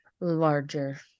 larger